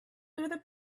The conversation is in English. through